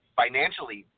financially